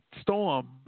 storm